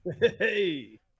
Hey